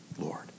Lord